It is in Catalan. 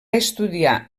estudiar